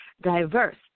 diverse